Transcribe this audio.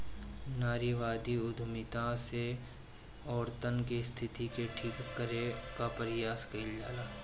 नारीवादी उद्यमिता से औरतन के स्थिति के ठीक करे कअ प्रयास कईल जाला